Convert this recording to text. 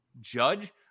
judge